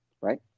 right